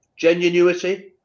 Genuinity